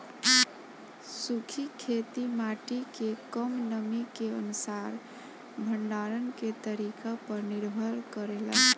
सूखी खेती माटी के कम नमी के अनुसार भंडारण के तरीका पर निर्भर करेला